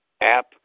app